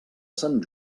sant